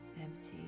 empty